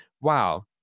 wow